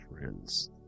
friends